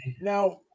Now